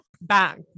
back